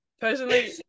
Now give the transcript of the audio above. personally